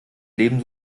leben